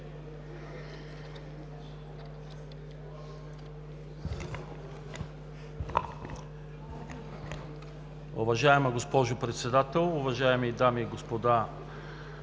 Уважаема госпожо Председател, уважаеми дами и господа